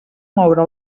moure